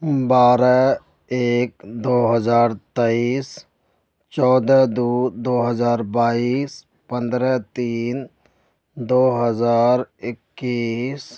بارہ ایک دو ہزار تیئیس چودہ دو دو ہزار بائیس پندرہ تین دو ہزار اکیس